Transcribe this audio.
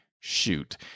shoot